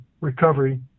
recovery